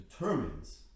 determines